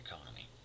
economy